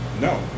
no